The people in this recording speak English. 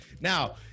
Now